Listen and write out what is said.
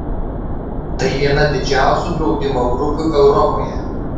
tai viena didžiausių draudimo grupių europoje